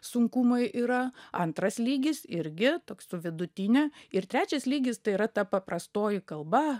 sunkumai yra antras lygis irgi toks su vidutine ir trečias lygis tai yra ta paprastoji kalba